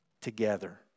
together